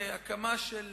השאלות.